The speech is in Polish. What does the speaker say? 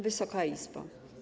Wysoka Izbo!